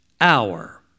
hour